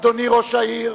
אדוני ראש העיר,